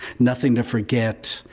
nothing to forget,